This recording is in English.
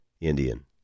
Indian